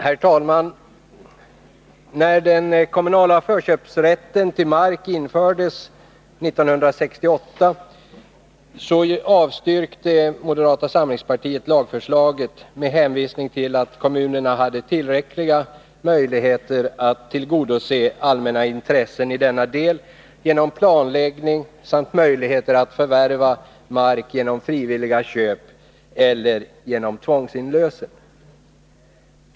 Herr talman! När den kommunala förköpsrätten till mark infördes 1968 avstyrkte moderata samlingspartiet lagförslaget med hänvisning till att kommunerna hade tillräckliga möjligheter att tillgodose allmänna intressen i denna del genom planläggning samt genom markförvärv med hjälp av frivillig försäljning och tvångsinlösen.